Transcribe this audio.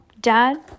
dad